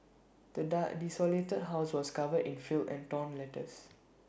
the dad desolated house was covered in filth and torn letters